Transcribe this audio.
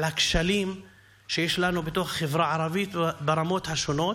על הכשלים שיש לנו בחברה הערבית ברמות השונות,